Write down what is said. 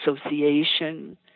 association